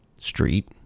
street